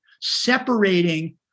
separating